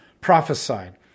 prophesied